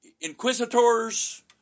inquisitors